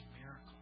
miracle